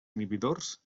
inhibidors